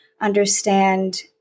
understand